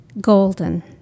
golden